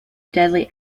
deadly